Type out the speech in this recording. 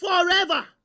forever